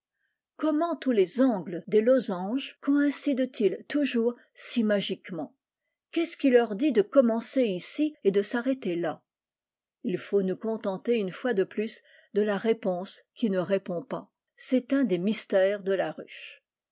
comment tous les angles des losanges coïncident ils toujours si magiquement qu'est-ce qui leur dit de commencer ici et de s'arrêter là il faut nous contenter une fois de plus de la réponse qui ne répond pas c'est un des mystères de la ruche